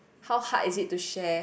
how hard is it to share